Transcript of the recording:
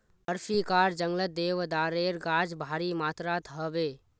अफ्रीकार जंगलत देवदारेर गाछ भारी मात्रात ह बे